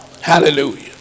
Hallelujah